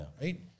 right